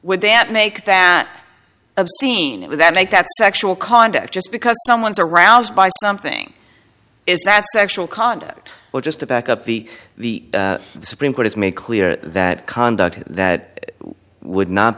would then make that obscene it would that make that sexual conduct just because someone's aroused by something is that sexual conduct or just a back up the the supreme court has made clear that conduct that would not